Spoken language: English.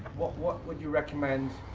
what would you recommend,